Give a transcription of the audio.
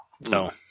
No